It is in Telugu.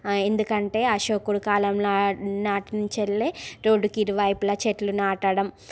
ఎందుకంటే అశోకుడు కాలం నాటి నుంచి వెళ్ళే రోడ్డుకి ఇరువైపులా చెట్లు నాటడం